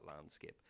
landscape